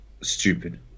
stupid